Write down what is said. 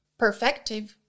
perfective